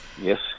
Yes